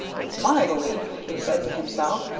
it's my belief, he said to himself,